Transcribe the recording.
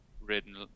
written